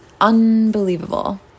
unbelievable